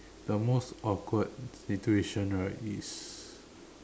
the most awkward situation right is